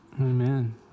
Amen